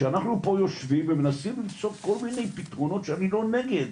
כשאנחנו יושבים ומנסים למצוא פה כל מיני פתרונות שאני לא נגד,